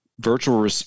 virtual